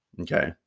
Okay